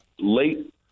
late